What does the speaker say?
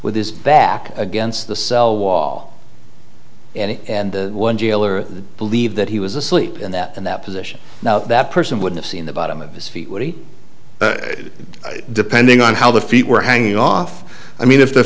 with his back against the cell wall and and one jailer believed that he was asleep and that in that position now that person would have seen the bottom of his feet what he did depending on how the feet were hanging off i mean if the